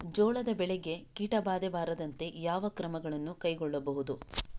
ಜೋಳದ ಬೆಳೆಗೆ ಕೀಟಬಾಧೆ ಬಾರದಂತೆ ಯಾವ ಕ್ರಮಗಳನ್ನು ಕೈಗೊಳ್ಳಬಹುದು?